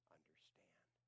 Understand